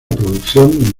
producción